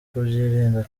kubyirinda